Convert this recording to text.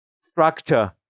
structure